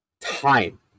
time